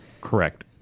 Correct